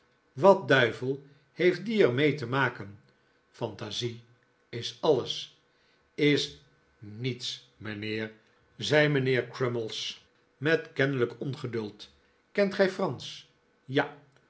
wat duivel heeft die er mee te maken fantasie is alles is niets mijnheer zei mijnheer crummies met kennelijk ongeduld kent gij fransch ja